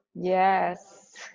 Yes